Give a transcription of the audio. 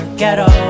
ghetto